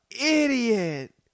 idiot